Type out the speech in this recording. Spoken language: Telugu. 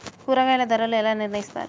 కూరగాయల ధరలు ఎలా నిర్ణయిస్తారు?